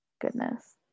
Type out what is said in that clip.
goodness